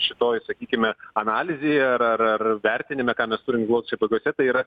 šitoj sakykime analizėje ar ar ar vertinime ką mes turi gol čia bėdose tai yra